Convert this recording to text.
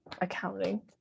accounting